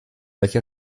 welche